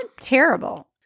terrible